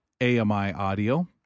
AMI-audio